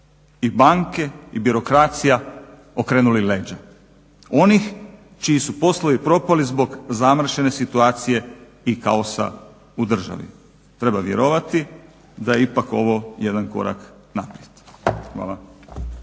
i banke i birokracija okrenuli leđa. Onih čiji su poslovi propali zbog zamršene situacije i kaosa u državi. Treba vjerovati da je ipak ovo jedan korak naprijed.